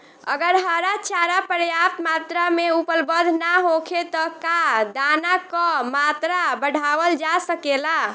अगर हरा चारा पर्याप्त मात्रा में उपलब्ध ना होखे त का दाना क मात्रा बढ़ावल जा सकेला?